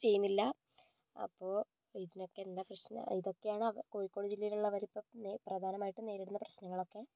ചെയ്യുന്നില്ല അപ്പോൾ ഇതിനൊക്കെ എന്താ പ്രശ്നം ഇതൊക്കെയാണ് അവ കോഴിക്കോട് ജില്ലയിൽ ഉള്ള അവർ പ്രധാനമായിട്ടും നേരിടുന്ന പ്രശ്നങ്ങളൊക്കെ